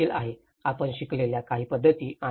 हे देखील आहे आपण शिकलेल्या काही पद्धती